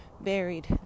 buried